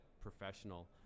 Professional